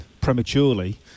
prematurely